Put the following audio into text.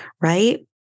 right